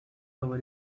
over